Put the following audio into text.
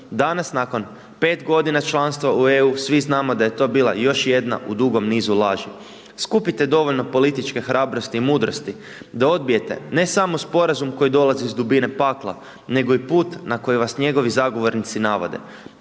danas nakon 5 godina članstva u EU, svi znamo da je to bila još jedna u dugom nizu laži. Skupite dovoljno političke hrabrosti i mudrosti, da odbijete ne samo sporazum koji dolazi iz dubine pakla, nego i put na koji vas njegovi zagovornici navode,